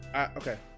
Okay